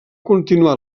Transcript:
continuar